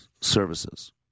services